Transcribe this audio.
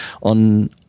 on